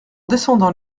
descendant